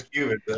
Cuban